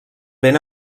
vent